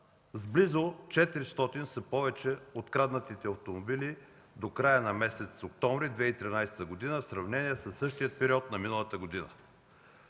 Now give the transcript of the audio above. С близо 400 са повече откраднатите автомобили до края на месец октомври 2013 г. в сравнение със същия период на миналата година.